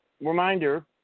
reminder